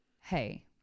hey